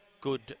good